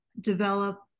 develop